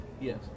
Yes